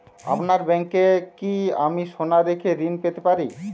আপনার ব্যাংকে কি আমি সোনা রেখে ঋণ পেতে পারি?